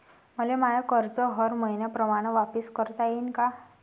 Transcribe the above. मले माय कर्ज हर मईन्याप्रमाणं वापिस करता येईन का?